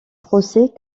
procès